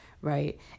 right